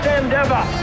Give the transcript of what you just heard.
endeavor